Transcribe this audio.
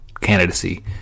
candidacy